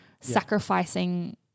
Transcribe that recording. sacrificing –